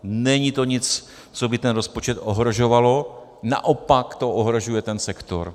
Není to nic, co by ten rozpočet ohrožovalo, naopak to ohrožuje ten sektor.